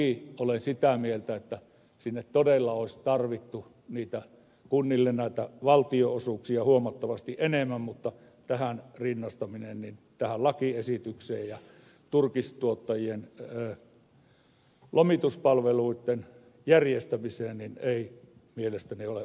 toki olen sitä mieltä että todella olisi tarvittu kunnille näitä valtionosuuksia huomattavasti enemmän mutta rinnastaminen tähän lakiesitykseen ja turkistuottajien lomituspalveluitten järjestämiseen ei mielestäni ole onnistunut